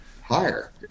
higher